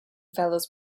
fellows